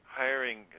hiring